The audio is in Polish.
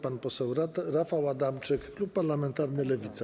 Pan poseł Rafał Adamczyk, klub parlamentarny Lewica.